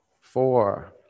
four